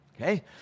okay